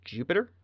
Jupiter